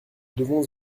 devons